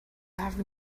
have